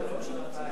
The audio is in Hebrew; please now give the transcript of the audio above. זה לא מה שאני מציע.